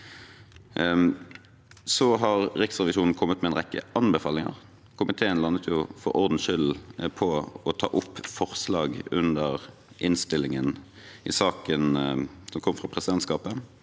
Riksrevisjonen kommet med en rekke anbefalinger. Komiteen landet for ordens skyld på å ta opp forslag under innstillingen i saken som kom fra presidentskapet.